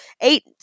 eight